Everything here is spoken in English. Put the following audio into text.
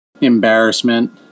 Embarrassment